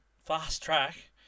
fast-track